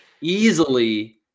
easily